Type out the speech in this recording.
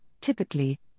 typically